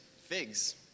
figs